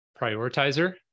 prioritizer